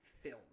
film